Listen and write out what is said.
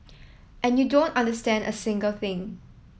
and you don't understand a single thing